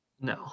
No